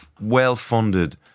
well-funded